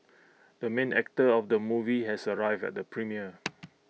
the main actor of the movie has arrived at the premiere